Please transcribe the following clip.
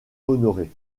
honoré